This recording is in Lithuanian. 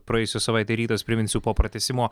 praėjusią savaitę rytas priminsiu po pratęsimo